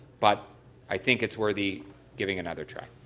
but i think it's worthy giving another try.